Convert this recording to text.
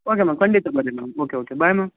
okay ma'am ಖಂಡಿತ ಬನ್ರಿ ma'am okay okay bye ma'am